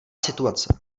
situace